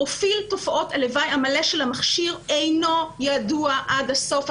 פרופיל תופעות הלוואי המלא של המכשיר אינו ידוע עד הסוף.